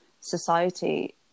society